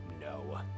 No